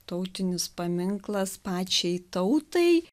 tautinis paminklas pačiai tautai